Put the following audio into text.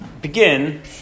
begin